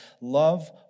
love